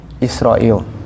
Israel